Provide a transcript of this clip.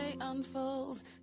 unfolds